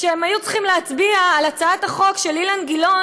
כשהם היו צריכים להצביע על הצעת החוק של אילן גילאון